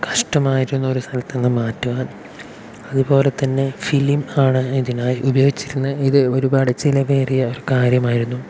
കഷ്ടമായിരുന്നു ഒരു സ്ഥലത്തു നിന്നും മാറ്റുവാൻ അതുപോലെ തന്നെ ഫിലിം ആണ് ഇതിനായി ഉപയോഗിച്ചിരുന്നത് ഇത് ഒരുപാട് ചിലവേറിയ ഒരു കാര്യമായിരുന്നു